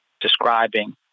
describing